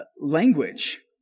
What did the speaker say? language